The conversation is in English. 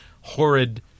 horrid